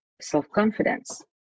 self-confidence